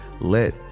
Let